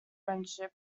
friendship